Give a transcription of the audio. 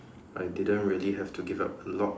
I didn't really have to give up a lot